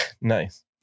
nice